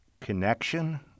Connection